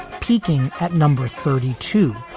peaking at number thirty two,